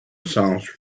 songs